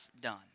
done